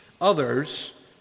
others